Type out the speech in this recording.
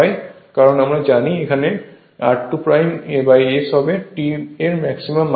কারণ আমরা জানি এখানে r2S হবে T এর ম্যাক্সিমাম মানের জন্য